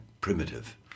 primitive